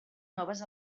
noves